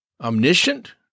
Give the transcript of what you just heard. omniscient